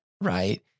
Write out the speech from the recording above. right